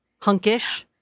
Hunkish